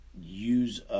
use